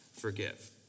forgive